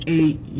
eight